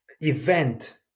event